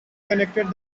connected